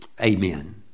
Amen